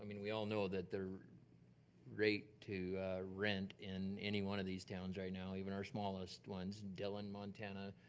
i mean we all know that the rate to rent in any one of these towns right now, even our smallest ones, dillon, montana,